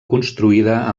construïda